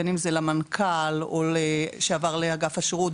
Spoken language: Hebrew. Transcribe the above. בין אם זה למנכ"ל שעבר לאגף השירות,